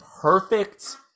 perfect